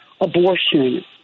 abortion